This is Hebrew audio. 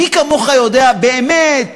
מי כמוך יודע, באמת,